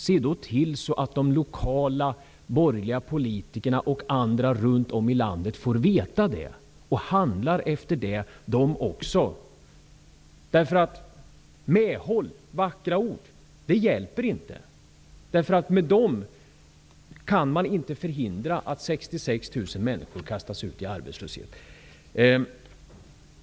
Se då till så att de lokala borgerliga politikerna och andra runt om i landet får veta det och handlar efter det, de också! Medhåll och vackra ord hjälper inte. Med sådana kan man inte förhindra att 66 000 människor kastas ut i arbetslöshet.